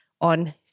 on